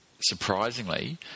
Surprisingly